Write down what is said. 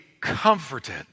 comforted